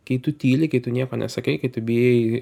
kai tu tyli kai tu nieko nesakai kai tu bijai